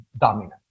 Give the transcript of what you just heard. dominant